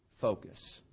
focus